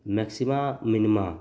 maximum minimum